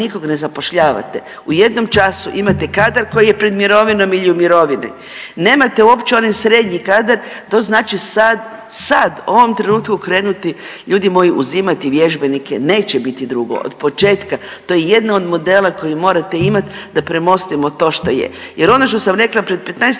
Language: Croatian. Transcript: nikog ne zapošljavate u jednom času imate kadar koji je pred mirovinom ili u mirovni. Nemate uopće onaj srednji kadar, to znači sad, sad u ovom trenutku krenuti ljudi moji uzimati vježbenike, neće biti drugo, od početka. To jedno od modela koji morate imat da premostimo to što je, jer ono što sam rekla prije